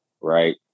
right